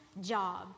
job